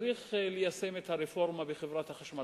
צריך ליישם את הרפורמה בחברת החשמל.